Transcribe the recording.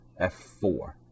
F4